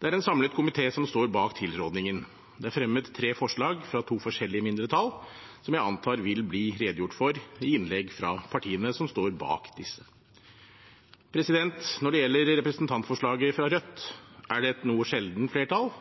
Det er en samlet komité som står bak tilrådingen. Det er fremmet tre forslag fra to forskjellige mindretall, som jeg antar vil bli redegjort for i innlegg fra partiene som står bak disse. Når det gjelder representantforslaget fra Rødt, er det et noe sjeldent flertall,